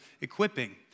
equipping